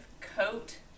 coat